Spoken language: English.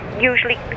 usually